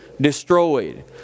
destroyed